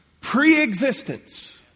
pre-existence